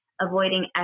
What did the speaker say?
avoiding